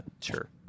Sure